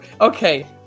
Okay